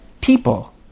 people